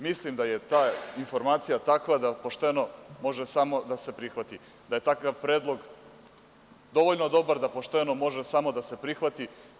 Mislim da je ta informacija takva, da pošteno može samo da se prihvati i da je takav predlog dovoljno dobar da pošteno može samo da se prihvati.